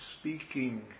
speaking